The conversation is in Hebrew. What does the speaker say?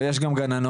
אבל יש גם גננות,